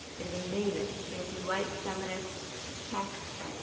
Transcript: it is amazing, and if you like feminist texts,